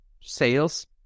sales